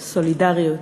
סולידריות.